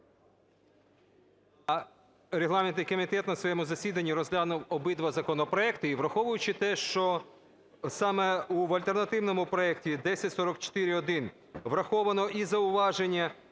Регламентний комітет на своєму засіданні розглянув обидва законопроекти. І враховуючи те, що саме в альтернативному проекті 1044-1 враховано і зауваження